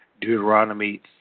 Deuteronomy